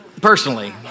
personally